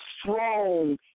strong